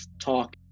talk